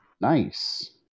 Nice